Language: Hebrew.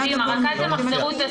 קדימה, רק אל תמחזרו את השיח,